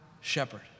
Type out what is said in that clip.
shepherd